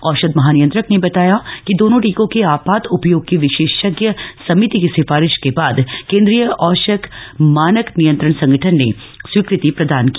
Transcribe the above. औषध महानियंत्रक ने बताया कि दोनों टीकों के आपात उपयोग की विशेषज्ञ समिति की सिफारिश के बाद केन्द्रीय औषध मानक नियंत्रण संगठन ने स्वीकृति प्रदान की